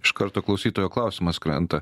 iš karto klausytojo klausimas krenta